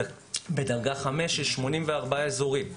בדרגה 5 יש 84 אזורים,